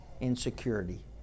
Insecurity